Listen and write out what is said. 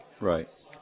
Right